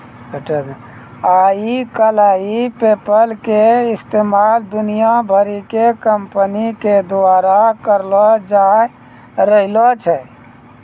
आइ काल्हि पेपल के इस्तेमाल दुनिया भरि के कंपनी के द्वारा करलो जाय रहलो छै